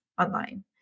online